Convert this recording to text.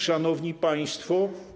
Szanowni Państwo!